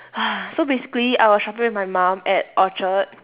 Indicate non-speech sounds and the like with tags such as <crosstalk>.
<breath> so basically I was shopping with my mum at orchard